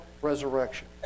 Resurrection